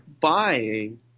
buying